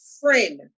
friend